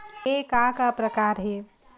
के का का प्रकार हे?